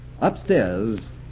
Upstairs